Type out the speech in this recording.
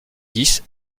dix